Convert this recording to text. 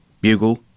Bugle